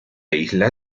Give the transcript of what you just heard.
isla